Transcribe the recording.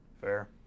fair